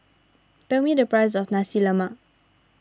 tell me the price of Nasi Lemak